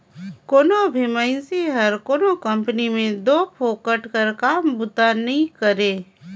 कोनो भी मइनसे हर कोनो कंपनी में दो फोकट कर काम बूता करे नई